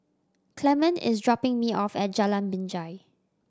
Clemon is dropping me off at Jalan Binjai